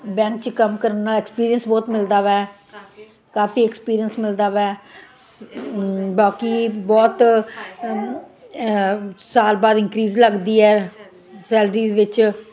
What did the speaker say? bank 'ਚ ਕੰਮ ਕਰਨ ਨਾਲ ਐਕਸਪੀਰੀਅੰਸ ਬਹੁਤ ਮਿਲਦਾ ਵੈ ਕਾਫੀ ਐਕਸਪੀਰੀਅੰਸ ਮਿਲਦਾ ਵੈ ਬਾਕੀ ਬਹੁਤ ਸਾਲ ਬਾਅਦ ਇੰਕਰੀਜ ਲੱਗਦੀ ਹੈ ਸੈਲਰੀਜ਼ ਵਿੱਚ